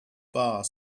bar